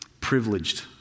privileged